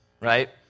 right